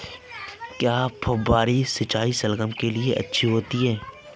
क्या फुहारी सिंचाई शलगम के लिए अच्छी होती है?